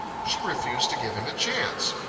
she refused to give him a chance.